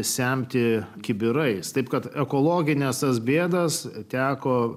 semti kibirais taip kad ekologines bėdas teko